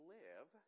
live